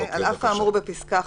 "על אף האמור בפסקה (1)"